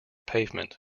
pavement